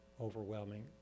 overwhelming